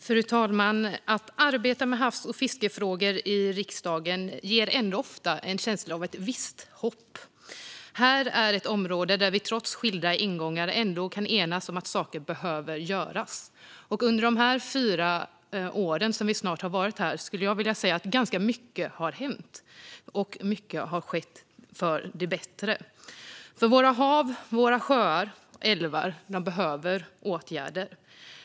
Fru talman! Att arbeta med havs och fiskefrågor i riksdagen ger ofta en känsla av ett visst hopp. Här är ett område där vi trots skilda ingångar ändå kan enas om att saker behöver göras. Under de fyra år som vi snart har varit här skulle jag vilja säga att ganska mycket har hänt, och mycket har skett till det bättre. För våra hav, våra sjöar och älvar behöver åtgärder.